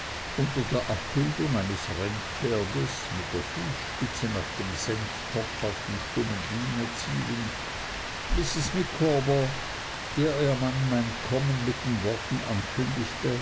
unter der abbildung eines rennpferdes mit der fußspitze nach dem senftopf auf dem stummen diener zielend mrs micawber der ihr mann mein kommen mit den worten ankündigte